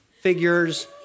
figures